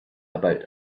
about